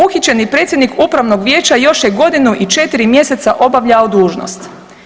Uhićeni predsjednik upravnog vijeća još je godinu i 4 mjeseca obavljao dužnost.